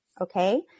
Okay